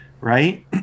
Right